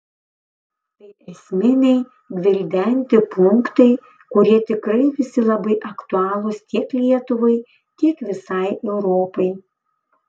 tai esminiai gvildenti punktai kurie tikrai visi labai aktualūs tiek lietuvai tiek visai europai